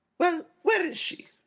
well, where is she?